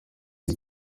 ibi